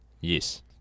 Yes